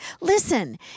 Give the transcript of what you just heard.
Listen